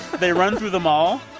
they run through the mall,